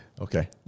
Okay